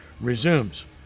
resumes